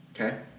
Okay